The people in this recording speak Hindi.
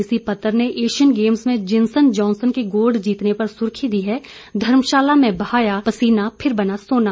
इसी पत्र ने एशियन गेम्स में जिनसन जॉनसन के गोल्ड जीतने पर सुर्खी दी है धर्मशाला में बहाया पसीना फिर बना सोना